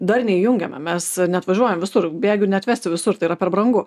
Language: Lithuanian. dar nejungiame mes neatvažiuojame visur bėgių neatvesti visur tai yra per brangu